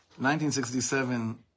1967